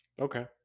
Okay